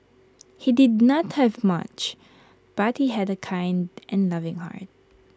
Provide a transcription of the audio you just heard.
he did not have much but he had A kind and loving heart